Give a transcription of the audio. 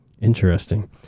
interesting